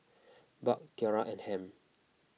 Buck Tiara and Ham